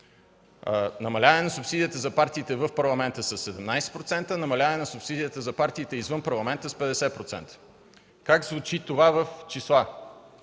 намаляване на субсидията за партиите в Парламента – със 17%; намаляване на субсидията за партиите извън Парламента – с 50%. Как звучи това в числа?